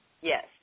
Yes